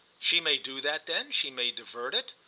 she may do that then she may divert it?